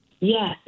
Yes